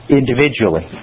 individually